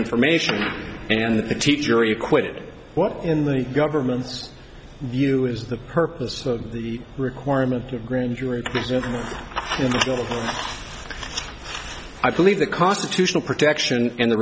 information and the teacher you quoted what in the government's you is the purpose of the requirement of grand jury i believe the constitutional protection and the